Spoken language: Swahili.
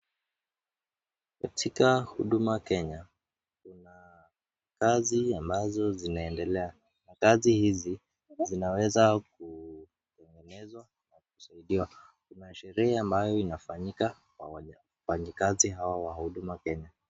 Katika huduma Kenya, kuna kazi ambazo zinaedelea, na kazi hizi, zinaweza kutengenezwa na kusaidiwa, kua sherehe ambayo inafanyika kwa wafanyikazi hawa wa huduma Kenya.